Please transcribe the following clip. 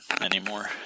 anymore